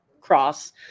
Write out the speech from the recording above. cross